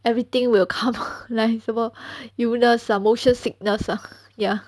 everything will come like 什么 illness err motion sickness ah ya